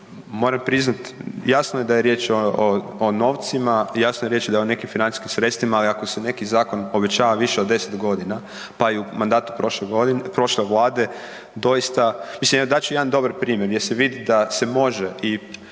moram priznati, jasno je da je riječ o novcima, jasno je reći da o nekim financijskim sredstvima, ali ako se neki zakon obećava više od 10 godina, pa i u mandatu prošle Vlade, doista, mislim, dat ću jedan dobar primjer gdje se vidi da se može i